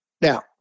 Now